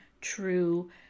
true